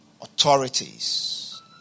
Authorities